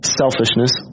selfishness